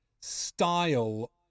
style